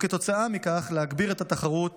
וכתוצאה מכך תגבר התחרות